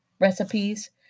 recipes